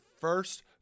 first